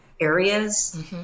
areas